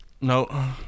No